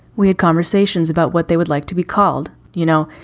we had conversations about what they would like to be called, you know,